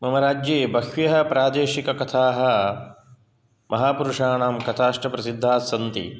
मम राज्ये बह्व्यः प्रादेशिककथाः महापुरुषाणां कथाश्च प्रसिद्धाः सन्ति